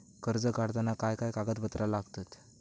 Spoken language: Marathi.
कर्ज काढताना काय काय कागदपत्रा लागतत?